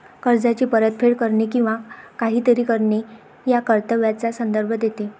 कर्जाची परतफेड करणे किंवा काहीतरी करणे या कर्तव्याचा संदर्भ देते